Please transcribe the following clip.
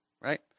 right